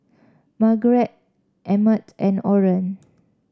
Margeret Emmett and Orren